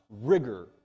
rigor